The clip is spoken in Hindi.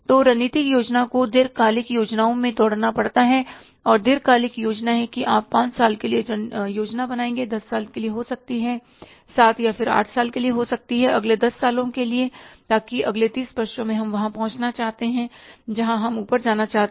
तो रणनीतिक योजना को दीर्घकालिक योजनाओं में तोड़ना पड़ता है और दीर्घकालिक योजना है कि आप पांच साल के लिए योजना बनाएँगे दस साल के लिए हो सकती है सात या फिर आठ साल के लिए हो सकती है अगले दस सालों के लिए ताकि अगले तीस वर्षों में हम वहाँ पहुँचना चाहते हैं जहाँ हम ऊपर जाना चाहते हैं